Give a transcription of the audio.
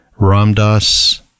Ramdas